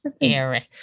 Eric